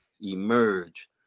emerge